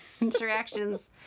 interactions